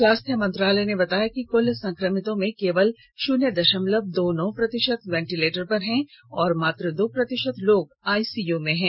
स्वास्थ्य मंत्रालय ने बताया कि कुल संक्रमितों में केवल शून्य दशमलव दो नौ प्रतिशत वेंटिलेटर पर हैं और मात्र दो प्रतिशत लोग आईसीय में हैं